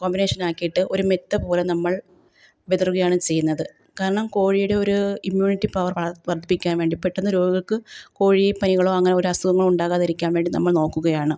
കോമ്പിനേഷനാക്കിയിട്ട് ഒരു മെത്തപ്പോലെ നമ്മൾ വിതറുകയാണ് ചെയ്യുന്നത് കാരണം കോഴിയുടെ ഒരു ഇമ്മ്യൂണിറ്റി പവർ വളർ വർദ്ധിപ്പിക്കാൻ വേണ്ടി പെട്ടെന്നു രോഗികൾക്ക് കോഴീ പനികളോ അങ്ങനെ ഒരു അസുഖങ്ങളും ഉണ്ടാകാതിരിക്കാൻ വേണ്ടി നമ്മൾ നോക്കുകയാണ്